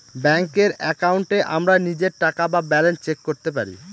ব্যাঙ্কের একাউন্টে আমরা নিজের টাকা বা ব্যালান্স চেক করতে পারি